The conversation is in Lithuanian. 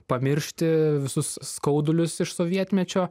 pamiršti visus skaudulius iš sovietmečio